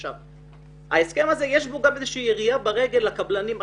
עכשיו, בהסכם זה יש ירייה ברגל לקבלנים עצמם.